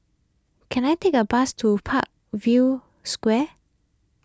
can I take a bus to Parkview Square